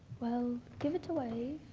well, give it a wave.